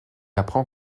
apprend